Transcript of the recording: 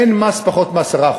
אין מס פחות מ-10%.